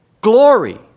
glory